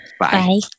Bye